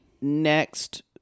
next